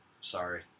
Sorry